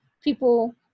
people